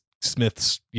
Smith's